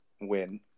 win